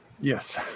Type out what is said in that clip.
Yes